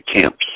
camps